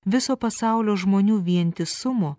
viso pasaulio žmonių vientisumo